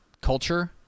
culture